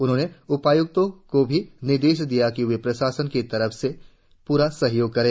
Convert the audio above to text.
उन्होंने उपायुक्तों को भी निर्देश दिए कि वे प्रशासन की तरफ से पूरा सहयोग करें